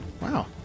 Wow